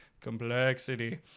complexity